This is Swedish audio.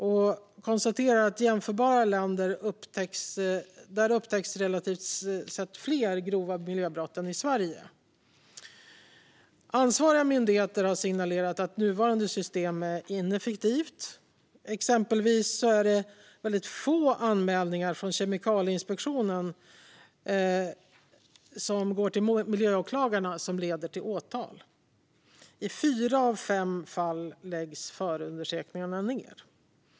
Man konstaterar att det i jämförbara länder upptäcks relativt sett fler grova miljöbrott än i Sverige. Ansvariga myndigheter har signalerat att nuvarande system är ineffektivt. Exempelvis är det väldigt få anmälningar från Kemikalieinspektionen som går till miljöåklagare och som leder till åtal. I fyra av fem fall läggs förundersökningarna ned.